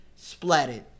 splatted